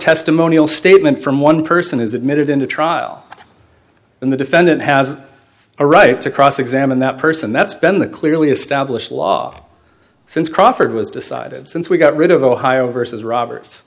testimonial statement from one person is admitted into trial and the defendant has a right to cross examine that person that's been the clearly established law since crawford was decided since we got rid of ohio versus roberts